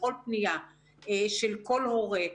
לכל פנייה של כל הורה.